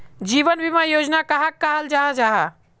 जीवन बीमा योजना कहाक कहाल जाहा जाहा?